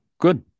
Good